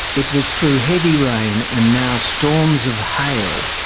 it was through heavy rain and now storms of hail,